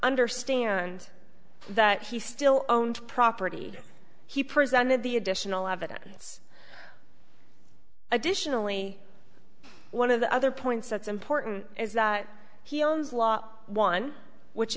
understand that he still owned property he presented the additional evidence additionally one of the other points that's important is that he owns law one which